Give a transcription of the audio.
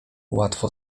łatwo